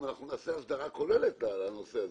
אם נעשה הסדרה כוללת לנושא הזה.